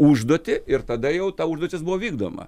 užduotį ir tada jau ta užduotis buvo vykdoma